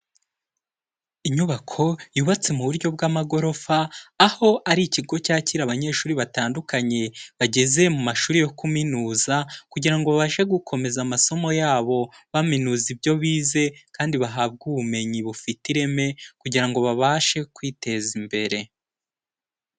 Inyubako yubatse mu buryo bw'amagorofa, aho ari ikigo cyakira abanyeshuri batandukanye bageze mu mashuri yo kuminuza kugira ngo babashe gukomeza amasomo yabo, baminuza ibyo bize kandi bahabwe ubumenyi bufite ireme kugira ngo babashe kwiteza imbere.